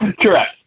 Correct